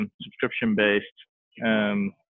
subscription-based